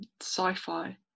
sci-fi